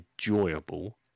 enjoyable